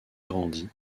grandit